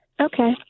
Okay